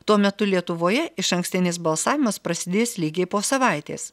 tuo metu lietuvoje išankstinis balsavimas prasidės lygiai po savaitės